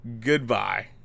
Goodbye